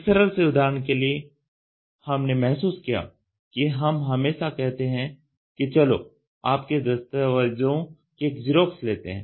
एक सरल से उदाहरण के लिए हमने महसूस किया कि हम हमेशा कहते हैं कि चलो आपके दस्तावेजों की एक जेरॉक्स लेते हैं